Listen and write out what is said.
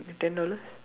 ten dollars